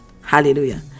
Hallelujah